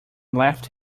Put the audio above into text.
left